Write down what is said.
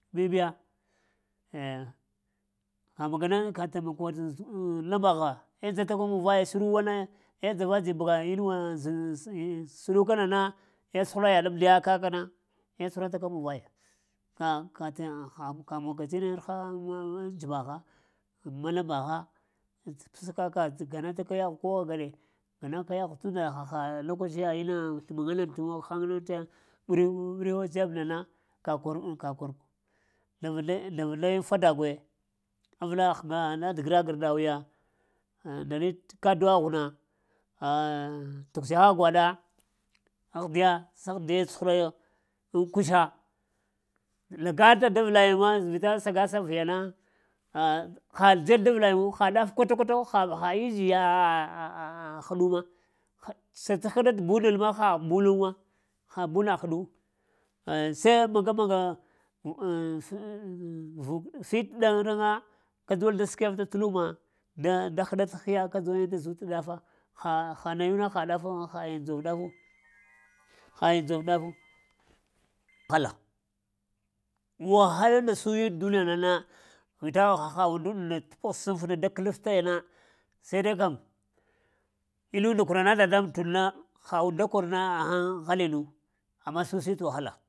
Bibya eh ka-maga-ka temaka't lambagha eh dzataka muvaya shiruwana eh dzavadzi bua inuwa zəɗ-sənukana na eh tsuhura yaɗ amdiya kəkna eh tsuhurataka muvaya ka-ka ka mogka tina vgha dzəvagha ma lam-mbagha tə pəska-ka tə gwanata ka yaghwe ko ag-gaɗe ganaka yaghw tunda haha lokaciya inna aŋ sləmuŋa na tə mog-haŋna mɓuriw-ɓuriwu tə dzeb nana kə kor zləva-zlayiŋ fadagwe avla həga dəgra na ndarɗagh ghiya ŋndali kaduwa ghuna, ah tuk-sheha gwaɗa, ahdiya sə ahdiye tsuh-rayoon aŋ kussa lagaka davlayiŋna, vita səgasa viya na ha-hal dzed davlayiŋ-wo, ha ɗaf kwata-kwata ha-ha innjiya həɗu ma səta həɗt bunal ma, ha bunu ma, ha buna həɗu ai sai maga-maga vuk fit ɗaŋgraŋa ka dzuwal da skwef da tə lumma da-da həɗat hiya guyiŋ da zut dafa, ha-ha nayuna ha daf-hayiŋ dzov ɗafu hayiŋ dzov dafu. Allah wahalunda suyiŋ aŋ duniyana na vita haha undunda nda tə pəs da kəlafta yaɗna sai-dai kam innun nda kurana dadambuŋat undna ha und-da karna aghŋ-aghŋ h-ghalinu amma susi tə wahala.